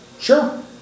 Sure